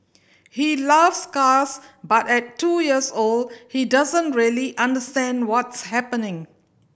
he loves cars but at two years old he doesn't really understand what's happening